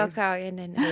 juokauja ne ne